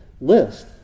list